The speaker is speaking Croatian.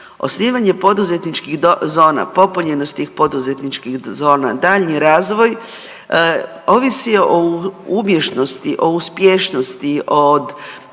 osnivanje poduzetničkih zona, popunjenost tih poduzetničkih zona, daljnji razvoj, ovisi o umješnosti, o uspješnosti, od